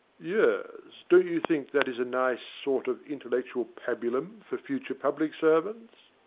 yes, don't you think that is a nice sort of intellectual pabulum for future public servants?